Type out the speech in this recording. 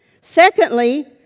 Secondly